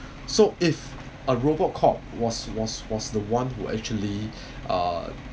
so if a robot cop was was was the one who actually uh